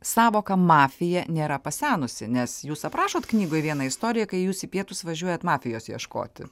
sąvoka mafija nėra pasenusi nes jūs aprašot knygoje vieną istoriją kai jūs į pietus važiuojat mafijos ieškoti